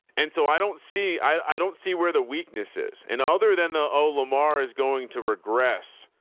and so i don't see, i don't see where the weaknesses and other than the old lamar is going to regress.